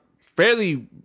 fairly